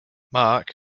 marc